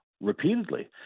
repeatedly